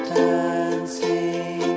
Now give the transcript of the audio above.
dancing